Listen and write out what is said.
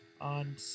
On